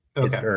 Okay